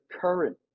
current